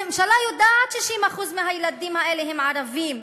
הממשלה יודעת ש-60% מהילדים האלה הם ערבים,